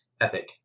Epic